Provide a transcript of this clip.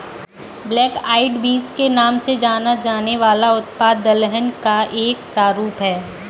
black eyed beans के नाम से जाना जाने वाला उत्पाद दलहन का एक प्रारूप है